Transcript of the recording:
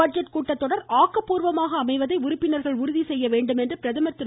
budget கூட்டத்தொடர் ஆக்கப்பூர்வமாக அமைவதை உறுப்பினர்கள் உறுதி செய்ய வேண்டும் என்று பிரதமர் திரு